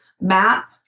map